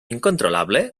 incontrolable